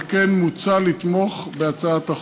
על כן מוצע לתמוך בהצעת החוק.